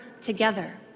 together